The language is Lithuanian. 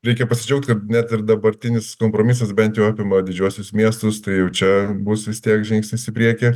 reikia pasidžiaugt kad net ir dabartinis kompromisas bent jau apima didžiuosius miestus tai jau čia bus vis tiek žingsnis į priekį